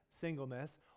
singleness